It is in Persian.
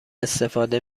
استفاده